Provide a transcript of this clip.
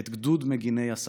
את 'גדוד מגיני השפה'